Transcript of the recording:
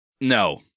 No